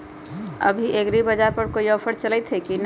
अभी एग्रीबाजार पर कोई ऑफर चलतई हई की न?